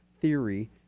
theory